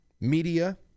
media